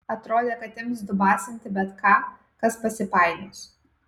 atrodė kad ims dubasinti bet ką kas pasipainios